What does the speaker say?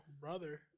Brother